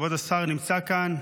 כבוד השר נמצא כאן,